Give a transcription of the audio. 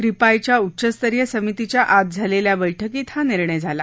रिपाई च्या उच्च्स्तरीय समितीच्या आज झालेल्या बैठकीत हा निर्णय झाला